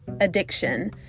addiction